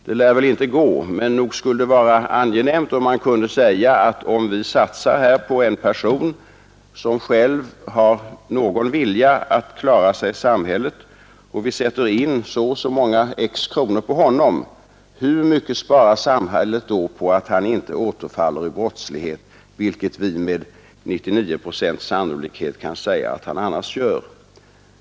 Det lär väl inte gå, men det skulle vara angenämt om vi kunde resonera så här: Om vi satsar så och så många X kronor på en person som har någon vilja att klara sig i samhället, hur mycket sparar samhället på att han inte återfaller i brottslighet, vilket vi med 99-procentig sannolikhet kan säga att han annars gör?